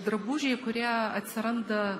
drabužiai kurie atsiranda